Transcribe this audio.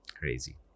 crazy